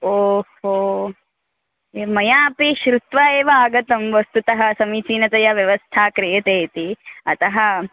ओ हो मया अपि श्रुत्वा एव आगतं वस्तुतः समीचीनतया व्यवस्था क्रियते इति अतः